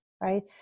right